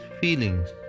feelings